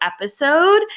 episode